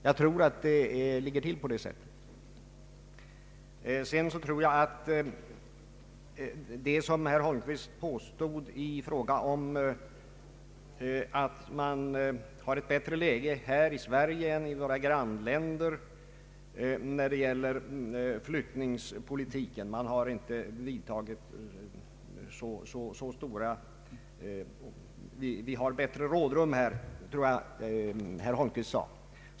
Jag tror att det ligger till på det sättet. Herr Holmqvist påstod att vi har ett bättre läge här i Sverige än i våra grann länder när det gäller lokaliseringspolitiken, att vi har bättre rådrum, tror jag han sade.